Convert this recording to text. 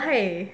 why